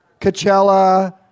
Coachella